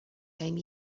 came